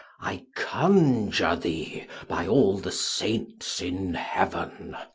i conjure thee by all the saints in heaven.